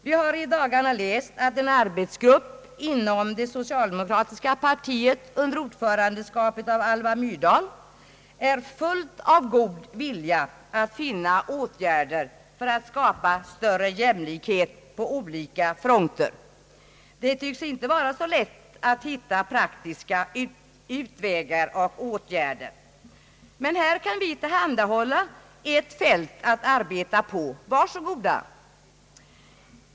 Vi har nyligen läst att en arbetsgrupp inom det socialdemokratiska partiet under ordförandeskap av Alva Myrdal är full av god vilja att finna åtgärder för att skapa större jämlikhet på olika fronter. Det tycks inte vara så lätt att finna praktiska utvägar och åtgärder. Här kan vi tillhandahålla ett fält att arbeta på. Var så goda!